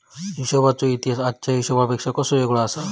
हिशोबाचो इतिहास आजच्या हिशेबापेक्षा कसो वेगळो आसा?